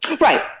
Right